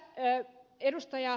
tässä ed